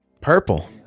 Purple